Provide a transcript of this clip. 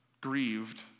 grieved